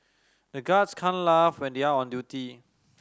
the guards can't laugh when they are on duty